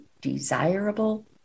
desirable